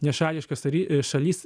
nešališkas tari šalis